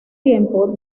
tiempo